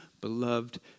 beloved